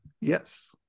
Yes